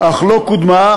אך לא קודמה,